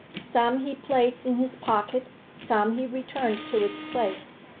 some he placed in his pocket, some he returned to its place.